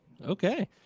Okay